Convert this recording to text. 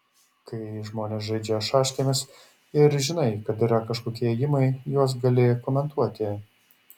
kai žmonės žaidžia šaškėmis ir žinai kad yra kažkokie ėjimai juos gali komentuoti